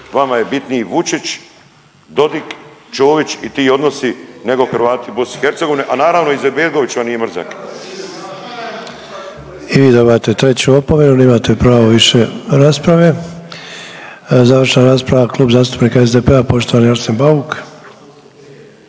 vama je bitniji Vučić, Dodik, Čović i ti odnosi nego Hrvati BiH, a naravno Izetbegović vam nije mrzak. **Sanader, Ante (HDZ)** I vi dobivate treću opomenu, nemate pravo više rasprave. Završna rasprava Klub zastupnika SDP-a poštovani Arsen Bauk.